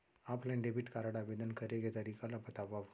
Offline debit card आवेदन करे के तरीका ल बतावव?